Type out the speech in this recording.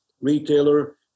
retailer